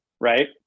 right